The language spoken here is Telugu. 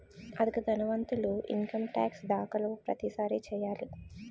అధిక ధనవంతులు ఇన్కమ్ టాక్స్ దాఖలు ప్రతిసారి చేయాలి